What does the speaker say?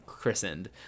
christened